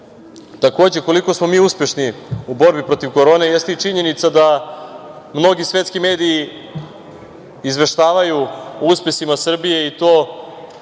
takođe, koliko smo mi uspešni u borbi protiv korone jeste i činjenica da mnogi svetski mediji izveštavaju o uspesima Srbije i to